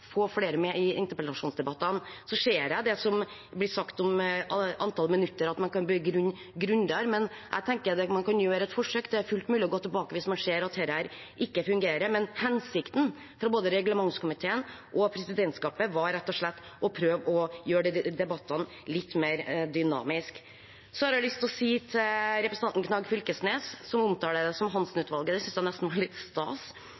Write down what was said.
få flere med i interpellasjonsdebattene. Jeg ser det som blir sagt om antallet minutter, at man kan begrunne grundigere, men jeg tenker at man kan gjøre et forsøk. Det er fullt mulig å gå tilbake hvis man ser at dette ikke fungerer. Men hensikten fra både reglementskomiteen og presidentskapet var rett og slett å prøve å gjøre de debattene litt mer dynamiske. Til representanten Knag Fylkesnes, som omtaler dette som Hansen-utvalget – og det synes jeg nesten var litt stas.